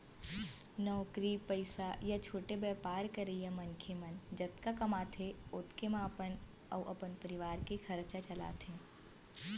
नौकरी पइसा या छोटे बयपार करइया मनखे मन जतका कमाथें ओतके म अपन अउ अपन परवार के खरचा चलाथें